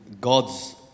God's